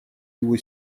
его